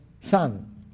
son